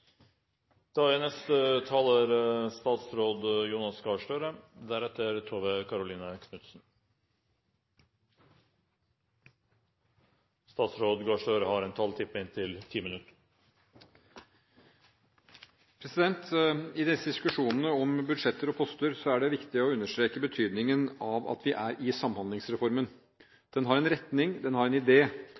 I disse diskusjonene om budsjetter og poster er det viktig å understreke betydningen av at vi er i Samhandlingsreformen. Den har en retning. Den har idé om å vektlegge forebygging, om å vektlegge tidlig innsats, om å vektlegge folkehelse, om å satse på hva som skaper helse i en